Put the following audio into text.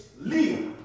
Leah